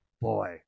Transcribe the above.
Boy